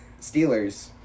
Steelers